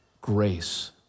grace